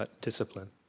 Discipline